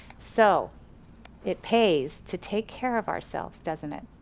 so it pays to take care of ourselves doesn't it.